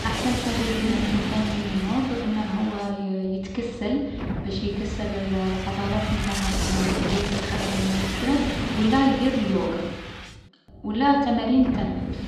أحسن حاجة يديرها الانسان من ينوض أنه هو يـ يتكسل باش يكسّل العضلات نتاعه مليح باش يخرج منهم ستراس، و لا يدير اليوغا، و لا تمارين التنفس.